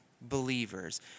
believers